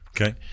Okay